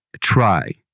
try